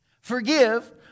forgive